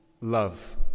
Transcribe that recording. love